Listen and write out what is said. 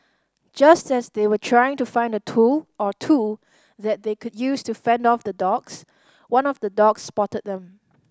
just as they were trying to find a tool or two that they could use to fend off the dogs one of the dogs spotted them